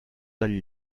del